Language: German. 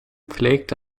pflegte